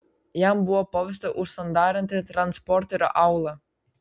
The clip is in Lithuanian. jam buvo pavesta užsandarinti transporterio aulą